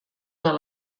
dels